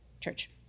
Church